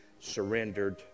surrendered